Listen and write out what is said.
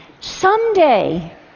someday